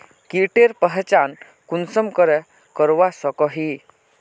कीटेर पहचान कुंसम करे करवा सको ही?